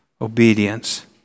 obedience